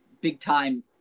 big-time